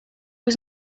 was